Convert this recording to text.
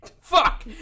Fuck